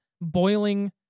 boiling